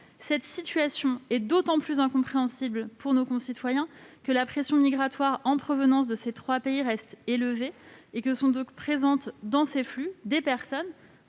Cette situation est d'autant plus incompréhensible pour nos concitoyens que la pression migratoire en provenance de ces trois pays reste élevée et que ces flux peuvent concerner des personnes